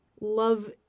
love